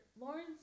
Lawrence